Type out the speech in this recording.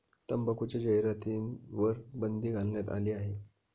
तंबाखूच्या जाहिरातींवर बंदी घालण्यात आली आहे